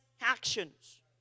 actions